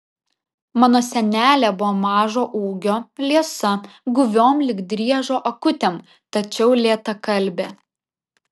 mano senelė buvo mažo ūgio liesa guviom lyg driežo akutėm tačiau lėtakalbė